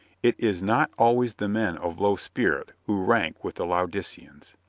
it is not always the men of low spirit who rank with the laodiceans.